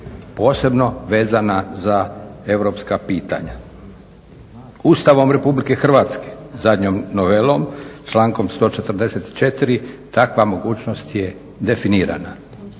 Posebno vezana za europska pitanje. Ustavnom Republike Hrvatske zadnjom novelo, člankom 144. Takva mogućnost je definirana.